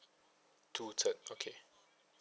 two third okay